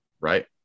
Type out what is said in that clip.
Right